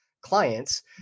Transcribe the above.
clients